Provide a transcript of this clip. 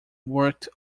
worked